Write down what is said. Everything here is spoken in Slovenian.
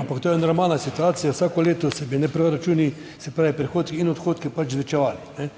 ampak to je normalna situacija. Vsako leto se bodo proračuni, se pravi prihodki in odhodki, pač zvečevali